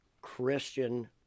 Christian